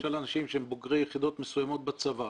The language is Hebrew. למשל אנשים שהם בוגרי יחידות מסוימות בצבא